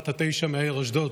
בת התשע מאשדוד,